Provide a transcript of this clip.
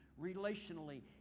relationally